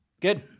Good